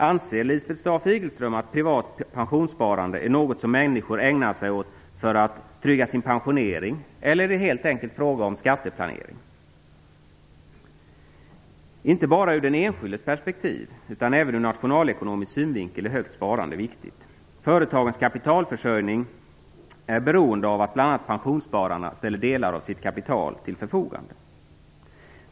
Anser Lisbeth Staaf-Igelström att privat pensionssparande är något som människor ägnar sig åt för att trygga sin pensionering, eller är det helt enkelt en fråga om skatteplanering? Inte bara ur den enskildes perspektiv, utan även ur nationalekonomisk synvinkel är ett högt sparande viktigt. Företagens kapitalförsörjning är beroende av att bl.a. pensionsspararna ställer delar av sitt kapital till förfogande.